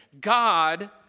God